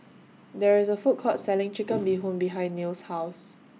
There IS A Food Court Selling Chicken Bee Hoon behind Nils' House